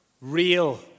real